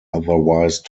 otherwise